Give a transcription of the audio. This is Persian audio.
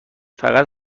فقط